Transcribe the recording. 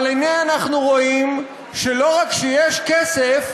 אבל למי אנחנו רואים שלא רק שיש כסף,